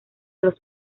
los